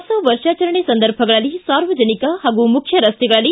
ಹೊಸ ವರ್ಷಾಚರಣೆ ಸಂದರ್ಭಗಳಲ್ಲಿ ಸಾರ್ವಜನಿಕ ಹಾಗೂ ಮುಖ್ಯ ರಸ್ತೆಗಳಲ್ಲಿ